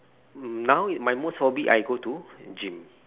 mm now i~ my most hobby I go to gym